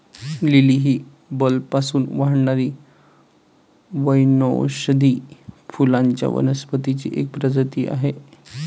lily ही बल्बपासून वाढणारी वनौषधी फुलांच्या वनस्पतींची एक प्रजाती आहे